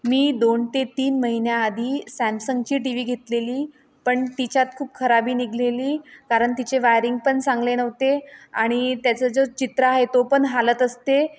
मी दोन ते तीन महिन्याआधी सॅमसंगची टी व्ही घेतलेली पण तिच्यात खूप खराबी निघालेली कारण तिचे वायरिंग पण चांगले नव्हते आणि त्याचा जो चित्र आहे तो पण हलत असते